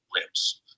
Lips